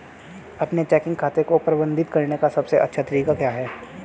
अपने चेकिंग खाते को प्रबंधित करने का सबसे अच्छा तरीका क्या है?